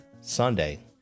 Sunday